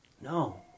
No